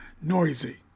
noisy